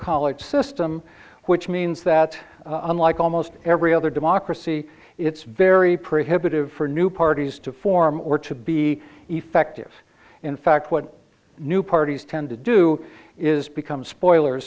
college system which means that unlike almost every other democracy it's very pretty but of for new parties to form or to be effective in fact what new parties tend to do is become spoiler